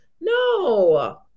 No